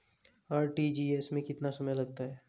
RTGS में कितना समय लगता है?